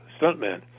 stuntman